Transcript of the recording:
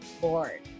board